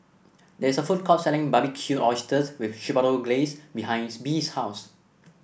there is a food court selling Barbecued Oysters with Chipotle Glaze behind Bea's house